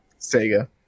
Sega